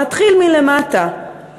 נתחיל מלמטה,